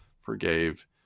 forgave